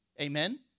Amen